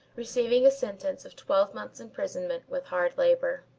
receiving a sentence of twelve months' imprisonment with hard labour.